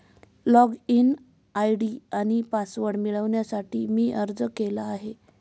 login ID आणि password मिळवण्यासाठी मी अर्ज केला आहे